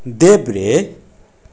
देब्रे